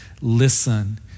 listen